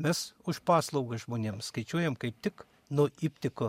mes už paslaugas žmonėms skaičiuojam kaip tik nuo iptiko